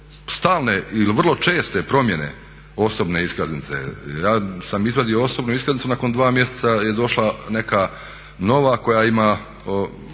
stalne ili vrlo česte promjene osobne iskaznice, ja sam izvadio osobnu iskaznicu nakon 2 mjeseca je došla neka nova koja ima